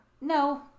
No